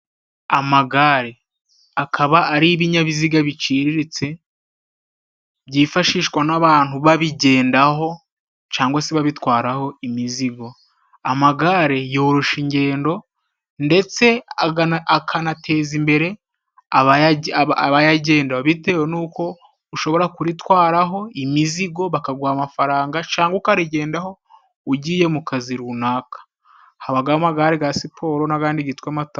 Amagare, akaba ari ibinyabiziga biciriritse byifashishwa n'abantu babigendaho, cyangwa se babitwaraho imizigo. Amagare yoroshya ingendo ndetse akanateza imbere abayagendaho, bitewe nuko ushobora kuritwaraho imizigo bakaguha amafaranga, cyangwa ukarigendaho ugiye mu kazi runaka, habaho amagare ya siporo n'andi yitwa mata......